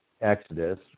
Exodus